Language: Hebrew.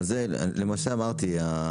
למעשה אמרתי,